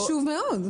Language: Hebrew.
מאוד.